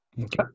okay